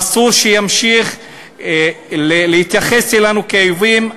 אסור שימשיכו להתייחס אלינו כלאויבים.